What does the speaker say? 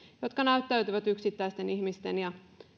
jotka näyttäytyvät yksittäisten ihmisten ja